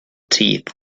teeth